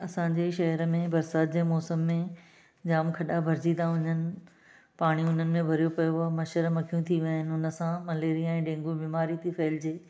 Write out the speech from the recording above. असांजे शहर में बरसाति जे मौसम में जाम खॾा भरिजी था वञनि पाणी उन्हनि में भरियो पियो आहे मछर मक्खियूं थी विया आहिनि हुन सां मलेरिया ऐं डेंगू बीमारी ती फहिलिजे